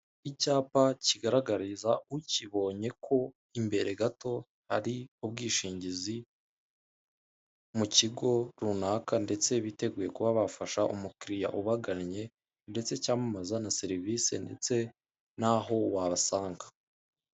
Icyapa kigaragariza ukibonye ko imbere gato hari ubwishingizi mu kigo runaka, ndetse biteguye kuba bafasha umukiriya ubagannye, ndetse cyamamaza na serivise ndetse n'aho wabasanga.